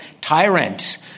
tyrant